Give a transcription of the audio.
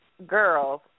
Girls